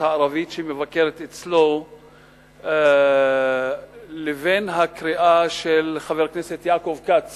הערבית שמבקרת אצלו לבין הקריאה של חבר הכנסת יעקב כץ